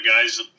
guys